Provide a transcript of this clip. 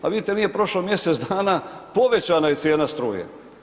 Pa vidite, nije prošlo mjesec dana, povećana je cijena struje.